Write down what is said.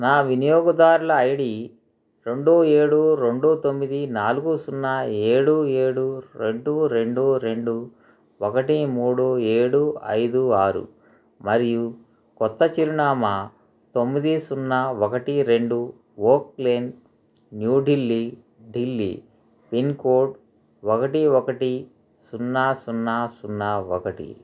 నా వినియోగదారుల I D రెండు ఏడు రెండు తొమ్మిది నాలుగు సున్నా ఏడు ఏడు రెండు రెండు రెండు ఒకటి మూడు ఏడు ఐదు ఆరు మరియు కొత్త చిరునామా తొమ్మిది సున్నా ఒకటి రెండు ఓక్లేన్ న్యూఢిల్లీ ఢిల్లీ పిన్కోడ్ ఒకటి ఒకటి సున్నా సున్నా సున్నా ఒకటి